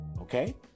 Okay